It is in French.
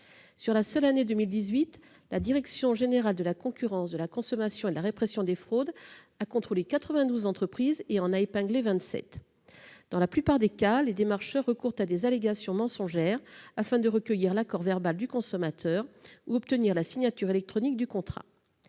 Sur la seule année 2018, la direction générale de la concurrence, de la consommation et de la répression des fraudes (DGCCRF) a contrôlé 92 entreprises et en a épinglé 27. Dans la plupart des cas, les démarcheurs recourent à des allégations mensongères, afin de recueillir l'accord verbal du consommateur ou obtenir la signature électronique du contrat.